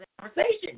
conversation